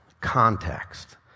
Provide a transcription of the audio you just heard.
Context